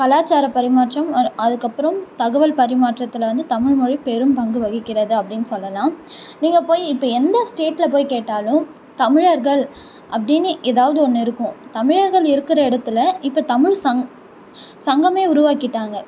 கலாச்சார பரிமாற்றம் அதுக்கப்புறம் தகவல் பரிமாற்றத்தில் வந்து தமிழ்மொழி பெரும் பங்கு வகிக்கிறது அப்படின்னு சொல்லலாம் நீங்கள் போய் இப்போ எந்த ஸ்டேட்டில் போய் கேட்டாலும் தமிழர்கள் அப்படின்னு எதாவது ஒன்று இருக்கும் தமிழர்கள் இருக்கிற இடத்துல இப்போ தமிழ் சங் சங்கம் உருவாக்கிட்டாங்க